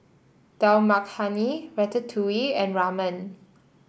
Dal Makhani Ratatouille and Ramen